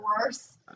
worse